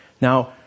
Now